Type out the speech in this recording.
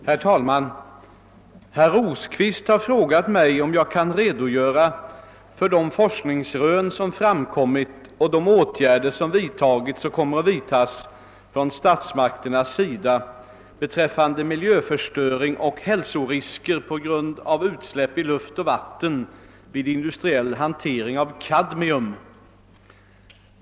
Herr talman! Herr Rosqvist har frågat mig, om jag kan redogöra för de forskningsrön som framkommit och de åtgärder som vidtagits och kommer att vidtas från statsmakternas sida beträffande miljöförstöring och hälsorisker på grund av utsläpp i luft och vatten vid industriell hantering av kadmium.